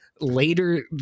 later